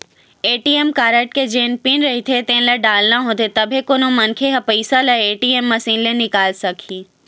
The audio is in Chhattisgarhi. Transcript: ए.टी.एम कारड के जेन पिन रहिथे तेन ल डालना होथे तभे कोनो मनखे ह पइसा ल ए.टी.एम मसीन ले निकाले सकही